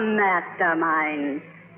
mastermind